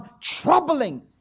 troubling